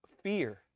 fear